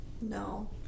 No